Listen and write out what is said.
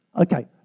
Okay